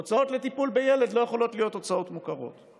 הוצאות על טיפול בילד לא יכולות להיות הוצאות מוכרות.